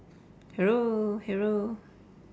hello hello